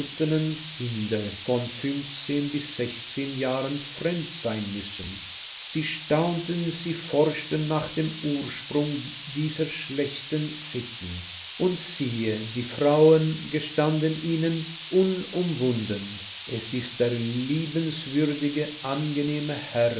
kinde von fünfzehn bis sechzehn jahren fremd sein müssen sie staunten sie forschten nach dem ursprung dieser schlechten sitten und siehe die frauen gestanden ihnen unumwunden es ist der liebenswürdige angenehme herr